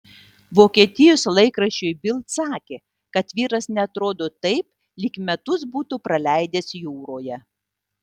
vokietijos laikraščiui bild sakė kad vyras neatrodo taip lyg metus būtų praleidęs jūroje